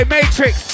Matrix